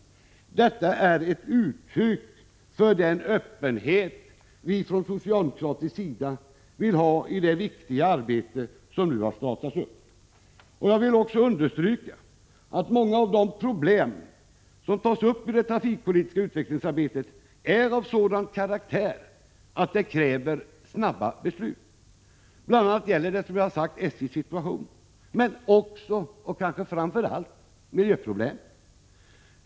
Detta är ett uttryck för den öppenhet vi från socialdemokratisk sida vill ha i det viktiga arbete som nu har startats. Jag vill också understryka att många av de problem som tas upp i det trafikpolitiska utvecklingsarbetet är av sådan karaktär att det krävs snabba beslut. Bl. a. gäller det som sagt SJ:s situation men också, och kanske framför allt, miljöproblemen.